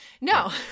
No